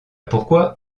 pourquoi